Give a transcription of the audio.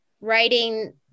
writing